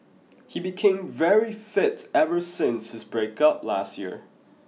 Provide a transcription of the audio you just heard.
he became very fit ever since his breakup last year